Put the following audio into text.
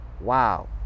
Wow